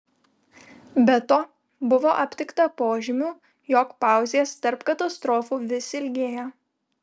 be to buvo aptikta požymių jog pauzės tarp katastrofų vis ilgėja